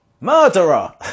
murderer